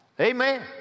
amen